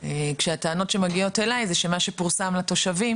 כשהטענות שמגיעות אליי הן שמה שפורסם לתושבים